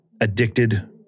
addicted